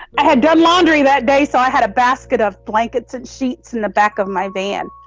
i had done laundry that day so i had a basket of blankets and sheets in the back of my van.